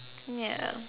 ya